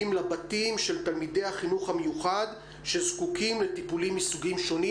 לבתים של תלמידי החינוך המיוחד שזקוקים לטיפולים מסוגים שונים.